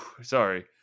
Sorry